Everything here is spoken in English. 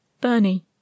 Bernie